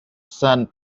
son